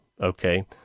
okay